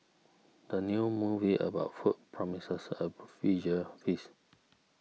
the new movie about food promises a visual feast